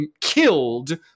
killed